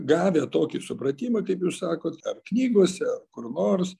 gavę tokį supratimą kaip jūs sakot ar knygose ar kur nors